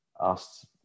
asked